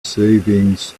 savings